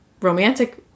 romantic